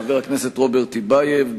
חבר הכנסת רוברט טיבייב,